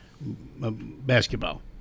basketball